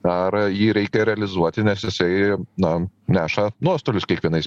ar jį reikia realizuoti nes jisai na neša nuostolius kiekvienais